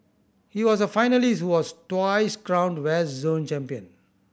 he was a finalist was twice crowned West Zone champion